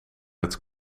het